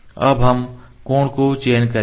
तब हम कोण का चयन करेंगे